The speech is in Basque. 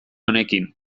honekin